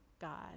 God